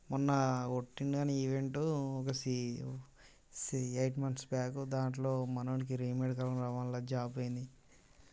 మొన్న కొట్టిండు కానీ ఈవెంట్ సి ఎయిట్ మంత్స్ బ్యాక్ దాంట్లో మన వాడికి రీమేడికల్ రావడం వల్ల జాబ్ పోయింది